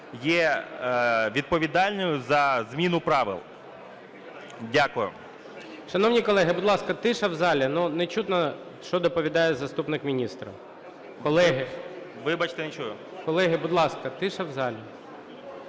є відповідальною за зміну правил. Дякую. ГОЛОВУЮЧИЙ. Шановні колеги, будь ласка, тиша в залі. Не чутно, що доповідає заступник міністра. (Шум у залі) Колеги, будь ласка, тиша в залі.